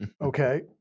Okay